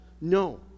No